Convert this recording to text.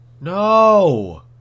No